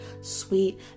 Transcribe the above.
sweet